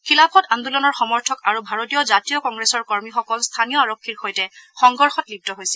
খিলাফট আন্দোলনৰ সমৰ্থক আৰু ভাৰতীয় জাতীয় কংগ্ৰেছৰ কৰ্মীসকল স্থানীয় আৰক্ষীৰ সৈতে সংঘৰ্ষত লিপু হৈছিল